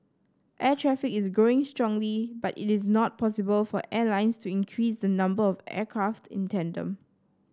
air traffic is growing strongly but it is not possible for airlines to increase the number of aircraft in tandem